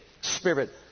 spirit